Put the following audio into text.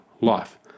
life